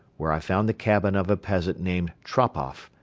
where i found the cabin of a peasant named tropoff,